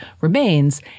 remains